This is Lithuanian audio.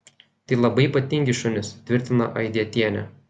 tai labai ypatingi šunys tvirtina aidietienė